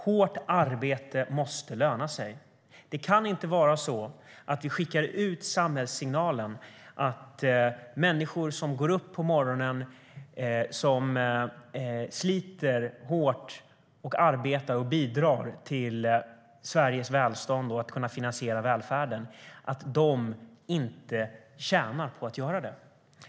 Hårt arbete måste löna sig. Vi kan inte skicka samhällssignalen att människor som går upp på morgonen, sliter hårt, arbetar och bidrar till Sveriges välstånd och till att finansiera välfärden inte ska tjäna på att göra det.